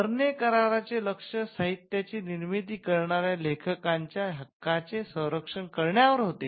Berne कराराचे लक्ष साहित्याची निर्मिती करणाऱ्या लेखकांच्या हक्कचे संरक्षण करण्यावर होते